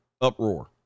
uproar